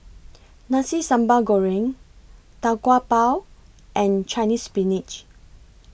Nasi Sambal Goreng Tau Kwa Pau and Chinese Spinach